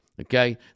okay